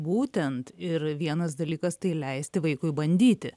būtent ir vienas dalykas tai leisti vaikui bandyti